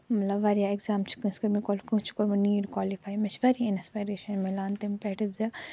مطلب واریاہ ایگزام چھِ کٲنٛسہِ کٔرۍمٕتۍ کالِفے کٲنٛسہِ چھُ کوٚرمُت نیٖٹ کالِفے مےٚ چھِ واریاہ اِنٮ۪سپایریشن میلان تمہِ پٮ۪ٹھٕ زِ